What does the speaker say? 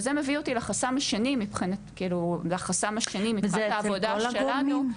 וזה מביא אותי לחסם השני מבחינת העבודה שלנו.